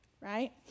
right